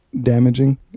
damaging